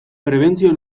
prebentzio